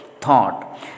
thought